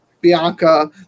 Bianca